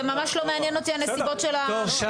זה ממש לא מעניין אותי נסיבות הביצוע.